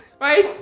right